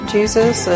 Jesus